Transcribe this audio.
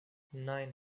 nein